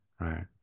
right